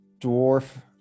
dwarf